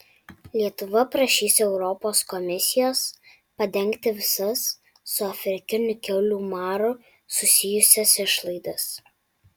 lietuva prašys europos komisijos padengti visas su afrikiniu kiaulių maru susijusias išlaidas